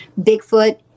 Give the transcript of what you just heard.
Bigfoot